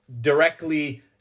directly